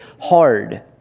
hard